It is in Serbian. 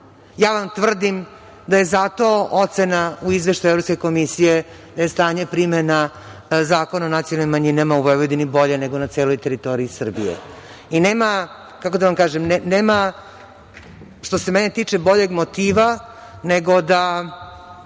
Ja vam tvrdim da je zato ocena u Izveštaju Evropske komisije da je stanje primena Zakona o nacionalnim manjinama u Vojvodini bolje nego na celoj teritoriji Srbije i nema, kako da vam kažem, boljeg motiva, što se mene tiče, nego da